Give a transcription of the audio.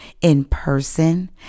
in-person